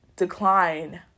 decline